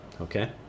okay